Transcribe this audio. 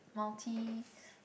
multi